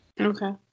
Okay